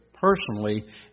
personally